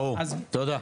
ברור, תודה.